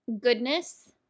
goodness